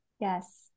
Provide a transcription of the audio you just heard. Yes